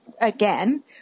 again